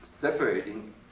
separating